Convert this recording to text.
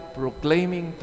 proclaiming